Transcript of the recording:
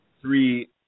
three